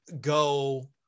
go